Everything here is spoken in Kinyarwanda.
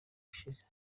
yashize